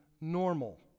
normal